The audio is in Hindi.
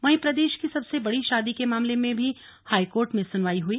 वहीं प्रदेश की सबसे बड़ी शादी के मामले में भी हाईकोर्ट में सुनवाई हुई